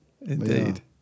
indeed